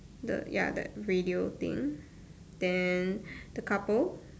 the ya that radio thing then the couple